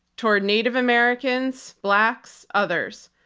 toward native americans, blacks, others.